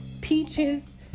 peaches